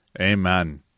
Amen